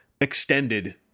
extended